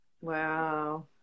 Wow